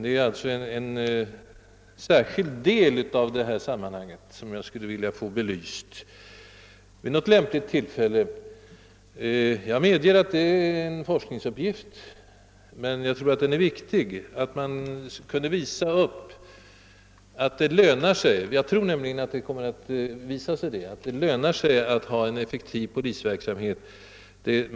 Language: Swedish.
Det är alltså en särskild del av det kriminalpolitiska sammanhanget som jag skulle vilja få belyst vid något lämpligt tillfälle. Jag medger att detta kan bli en forskningsuppgift. Jag tror att det är viktigt att kunna visa att det direkt lönar sig att ha en effektiv polisverksamhet.